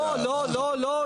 לא, לא, לא.